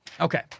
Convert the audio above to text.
Okay